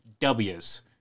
Ws